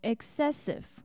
Excessive